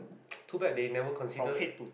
too bad they never consider